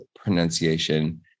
pronunciation